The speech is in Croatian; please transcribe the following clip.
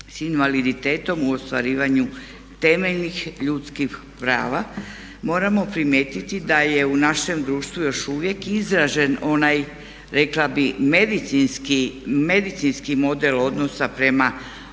sa invaliditetom u ostvarivanju temeljnih ljudskih prava. Moramo primijetiti da je u našem društvu još uvijek izražen onaj rekla bih medicinski model odnosa prema osobama